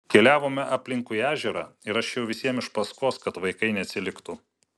keliavome aplinkui ežerą ir aš ėjau visiems iš paskos kad vaikai neatsiliktų